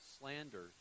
slander